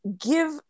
give